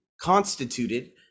constituted